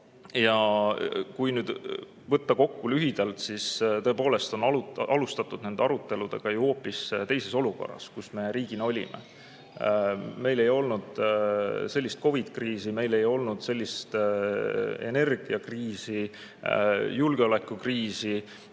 Ja kui lühidalt kokku võtta, siis tõepoolest on alustatud neid arutelusid ju hoopis teises olukorras, kus me varem riigina olime. Meil ei olnud sellist COVID-i kriisi, meil ei olnud sellist energiakriisi, julgeolekukriisi.